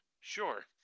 Sure